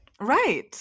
Right